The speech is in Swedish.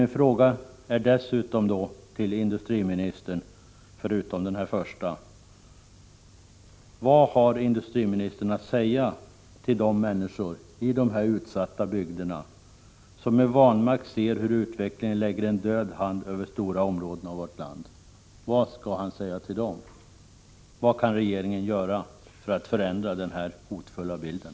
Min fråga till industriministern blir därför också: Vad har industriministern att säga till de människor, i utsatta bygder, som med vanmakt ser hur utvecklingen lägger en död hand över stora områden av vårt land? Vad kan regeringen göra för att förändra den här hotfulla bilden?